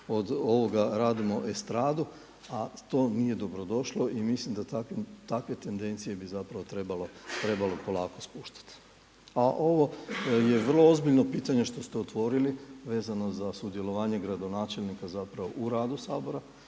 od ovoga radimo estradu, a to nije dobrodošlo i mislim da takve tendencije bi trebalo polako spuštati. A ovo je vrlo ozbiljno pitanje što ste otvorili vezano za sudjelovanje gradonačelnika u radu Sabor